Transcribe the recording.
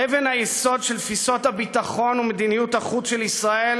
אבן היסוד של תפיסות הביטחון ומדיניות החוץ של ישראל